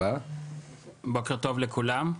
בוקר טוב לכולם.